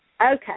Okay